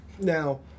Now